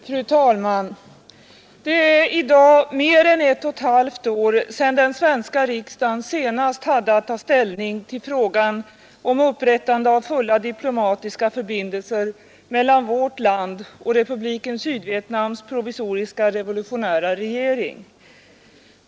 Fru talman! Det är i dag mer än ett och ett halvt år sedan den svenska riksdagen senast hade att ta ställning till frågan om upprättande av fulla diplomatiska förbindelser mellan vårt land och Republiken Sydvietnams provisoriska revolutionära regering.